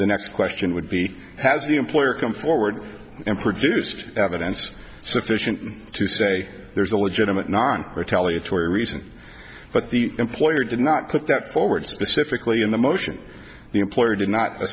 the next question would be has the employer come forward and produced evidence sufficient to say there's a legitimate non retaliatory reason but the employer did not put that forward specifically in the motion the employer did not